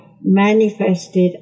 manifested